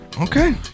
Okay